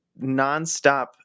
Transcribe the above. nonstop